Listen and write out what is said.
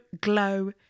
Glow